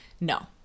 No